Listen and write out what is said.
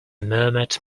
murmured